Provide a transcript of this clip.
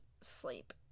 sleep